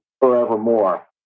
forevermore